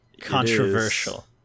Controversial